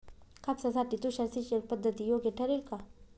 कापसासाठी तुषार सिंचनपद्धती योग्य ठरेल का?